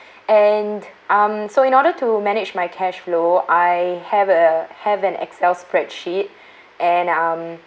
and um so in order to manage my cash flow I have uh have an excel spreadsheet and um